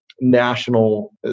national